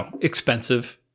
expensive